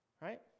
right